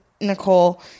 Nicole